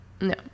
No